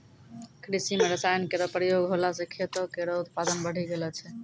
कृषि म रसायन केरो प्रयोग होला सँ खेतो केरो उत्पादन बढ़ी गेलो छै